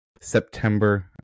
september